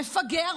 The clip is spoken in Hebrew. מפגע,